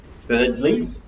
Thirdly